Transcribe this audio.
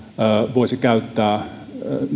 voisi käyttää